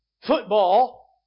Football